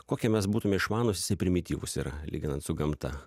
kokie mes būtume išmanūs jisai primityvus yra lyginant su gamta